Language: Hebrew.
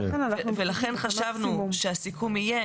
ולכן חשבנו שהסיכום יהיה